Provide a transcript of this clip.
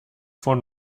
vor